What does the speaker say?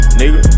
nigga